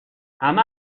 همه